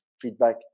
feedback